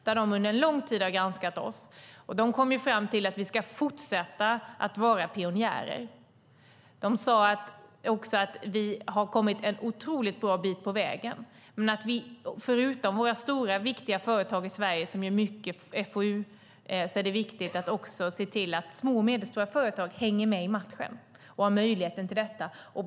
OECD har granskat oss under lång tid och kommit fram till att vi ska fortsätta att vara pionjärer. De sade att vi har kommit en otroligt bra bit på vägen, men att vi vid sidan av våra stora och viktiga företag med FoU i Sverige måste se till att små och medelstora företag får möjligheter att hänga med i matchen.